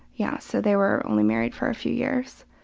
yeah so they were only married for a few years.